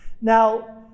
Now